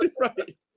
right